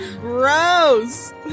Gross